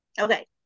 Okay